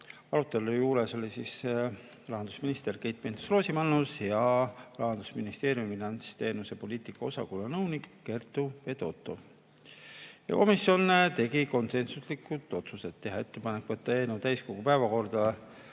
Arutelu juures olid rahandusminister Keit Pentus-Rosimannus ja Rahandusministeeriumi finantsteenuste poliitika osakonna nõunik Kertu Fedotov. Komisjon tegi konsensuslikud otsused: teha ettepanek võtta eelnõu täiskogu päevakorda